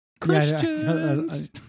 Christians